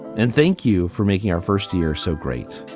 and thank you for making our first year so great.